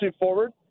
forward